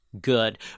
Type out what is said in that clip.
good